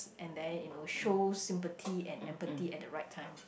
and then you know show sympathy and empathy at the right time